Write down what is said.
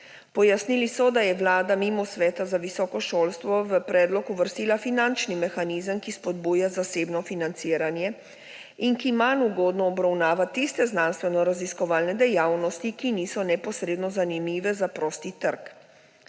Pojasnili so, da je Vlada mimo Sveta za visoko šolstvo v predlog uvrstila finančni mehanizem, ki spodbuja zasebno financiranje in ki manj ugodno obravnava tiste znanstvenoraziskovalne dejavnosti, ki niso neposredno zanimive za prosti trg.